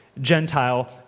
Gentile